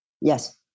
Yes